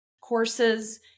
courses